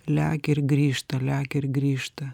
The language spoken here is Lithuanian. lekia ir grįžta lekia ir grįžta